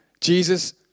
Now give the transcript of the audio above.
Jesus